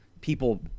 people